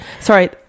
Sorry